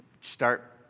start